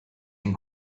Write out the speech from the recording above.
ein